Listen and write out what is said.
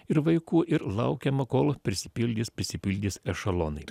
ir vaikų ir laukiama kol prisipildys prisipildys ešelonai